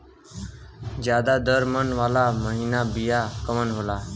ज्यादा दर मन वाला महीन बिया कवन होला?